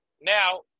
Now